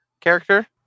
character